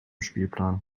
spielplan